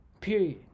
Period